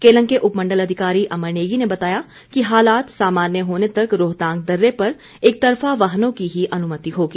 केलंग के उपमण्डल अधिकारी अमर नेगी ने बताया कि हालात सामान्य होने तक रोहतांग दर्रे पर एकतरफा वाहनों की ही अनमति होगी